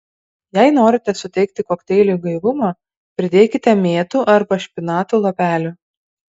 jei norite suteikti kokteiliui gaivumo pridėkite mėtų arba špinatų lapelių